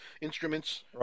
instruments